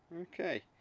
Okay